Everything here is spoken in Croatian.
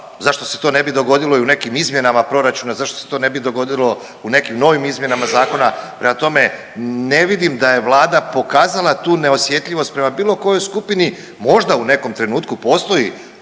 zašto se to ne bi dogodilo i u nekim izmjenama proračuna, zašto se to ne bi dogodilo u nekim novim izmjenama zakona. Prema tome, ne vidim da je Vlada pokazala tu neosjetljivost prema bilo kojoj skupini. Možda u nekom trenutku postoji